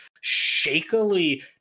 shakily